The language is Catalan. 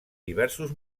diversos